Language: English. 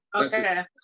okay